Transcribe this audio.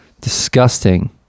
Disgusting